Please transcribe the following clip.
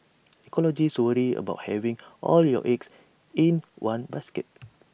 ecologists worry about having all your eggs in one basket